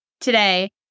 Today